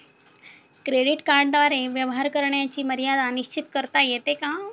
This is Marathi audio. क्रेडिट कार्डद्वारे व्यवहार करण्याची मर्यादा निश्चित करता येते का?